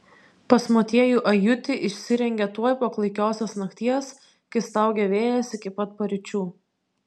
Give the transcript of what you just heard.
pas motiejų ajutį išsirengė tuoj po klaikiosios nakties kai staugė vėjas iki pat paryčių